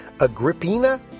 Agrippina